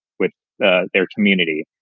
with ah their community.